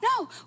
no